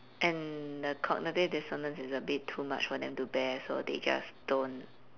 and the cognitive dissonance is a bit too much for them to bear so they just don't